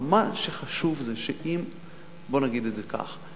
אבל מה שחשוב זה, בואו נגיד את זה כך: